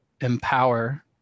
empower